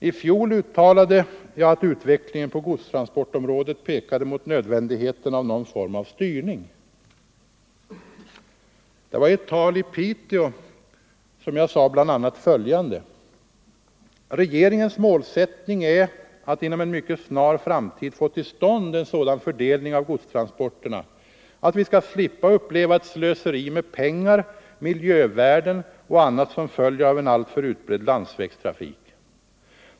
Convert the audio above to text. I fjol uttalade jag att utvecklingen på godstransportområdet pekade mot nödvändigheten av någon form av styrning. Det var i ett tal i Piteå, då jag sade bl.a. följande: ”Regeringens målsättning är att inom en mycket snar framtid få till stånd en sådan fördelning av godstransporterna att vi skall slippa uppleva ett slöseri med pengar, miljövärden och annat som följer av en alltför utbredd landsvägstrafik.